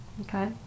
Okay